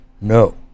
no